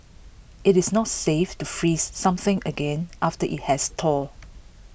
IT is not safe to freeze something again after IT has thawed